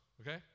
okay